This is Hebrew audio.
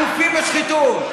אלופים בשחיתות.